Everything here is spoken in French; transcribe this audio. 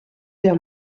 vers